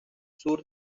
sur